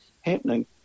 happening